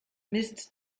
mist